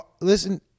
Listen